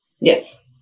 Yes